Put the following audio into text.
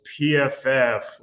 PFF